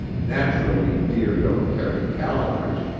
naturally deer don't carry calendars,